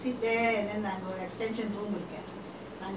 பேசுவேலா தங்க மாட்ட:pesuvelaa tangga maatta I never stay